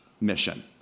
mission